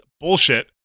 bullshit